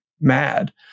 mad